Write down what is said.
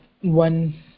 one